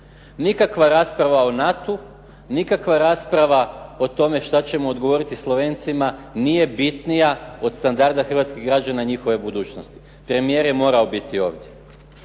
Nikakva rasprava o NATO-u, nikakva rasprava o tome šta ćemo odgovoriti Slovencima nije bitnija od standarda hrvatskih građana, njihove budućnosti, premijer je morao biti ovdje.